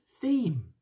theme